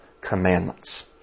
commandments